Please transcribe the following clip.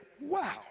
wow